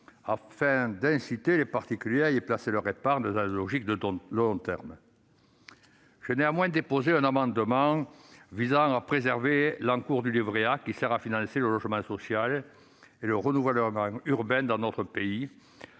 afin d'inciter les particuliers à y placer leur épargne dans une logique de long terme. J'ai néanmoins déposé un amendement visant à préserver l'encours du livret A, qui sert à financer le logement social et le renouvellement urbain dans notre pays.